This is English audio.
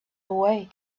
away